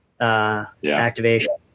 activation